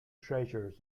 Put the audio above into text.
treasures